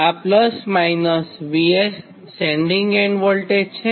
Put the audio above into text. આ Vs sending end voltage છે